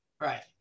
Right